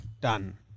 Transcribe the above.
Done